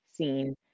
seen